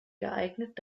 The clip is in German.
geeignet